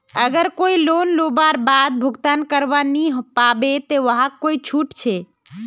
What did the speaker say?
अगर कोई लोन लुबार बाद भुगतान करवा नी पाबे ते वहाक कोई छुट छे?